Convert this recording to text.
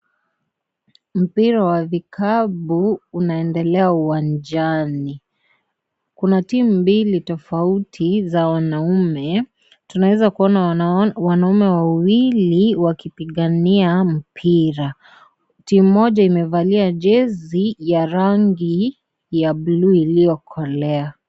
Mpira wa vikapu unaendelea uwanjani. Kuna timu mbili tofauti za wanaume. Tunaweza kuona wanaume wawili wakipigania mpira. Timu moja imevalia jezi ya rangi ya bluu iliyokolea.